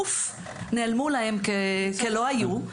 פוף, נעלמו להם כלא היו.